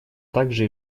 также